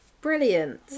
Brilliant